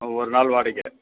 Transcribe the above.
ஆ ஒரு நாள் வாடகை